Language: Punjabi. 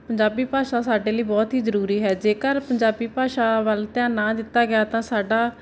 ਪੰਜਾਬੀ ਭਾਸ਼ਾ ਸਾਡੇ ਲਈ ਬਹੁਤ ਹੀ ਜ਼ਰੂਰੀ ਹੈ ਜੇਕਰ ਪੰਜਾਬੀ ਭਾਸ਼ਾ ਵੱਲ ਧਿਆਨ ਨਾ ਦਿੱਤਾ ਗਿਆ ਤਾਂ ਸਾਡਾ